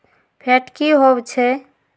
Fat की होवछै?